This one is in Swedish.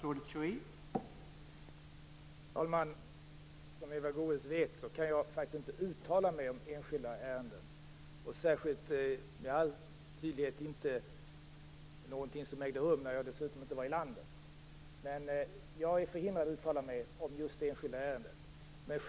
Herr talman! Som Eva Goës vet kan jag faktiskt inte uttala mig om enskilda ärenden, i all synnerhet inte om något som ägde rum medan jag inte var i landet. Jag är alltså förhindrad att uttala mig om just detta enskilda ärende.